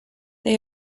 they